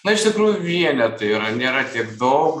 na iš tikrųjų vienetai yra nėra tiek daug